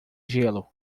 gelo